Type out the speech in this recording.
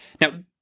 Now